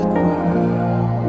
world